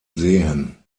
sehen